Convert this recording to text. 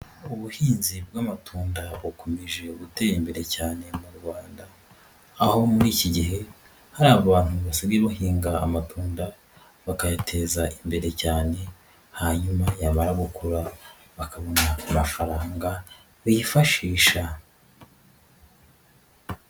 Ubuhinzi bw'amatunda bukomeje gutera imbere cyane mu Rwanda, aho muri iki gihe hari abantu basigaye bahinga amatunda bakayateza imbere cyane hanyuma yamara gukura bakabona amafaranga bifashisha.